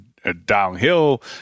downhill